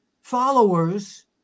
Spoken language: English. followers